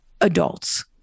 adults